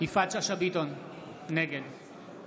יפעת שאשא ביטון, נגד